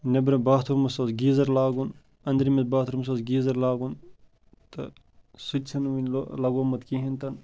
نیٚبرٕ باتھروٗمَس اوس گیٖزَر لاگُن أنٛدرِمِس باتھروٗمَس اوس گیٖزَر لاگُن تہٕ سُہ تہِ چھُنہٕ وٕنۍ لَگومُت کِہیٖنۍ تہٕ